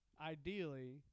Ideally